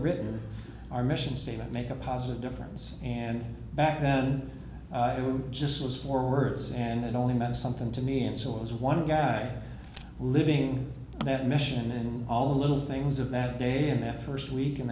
written our mission statement make a positive difference and back then it would just was four words and it only meant something to me and so it was one guy living in that mission and all the little things of that day and that first week in